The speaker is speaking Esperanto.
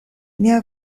mia